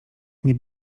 nie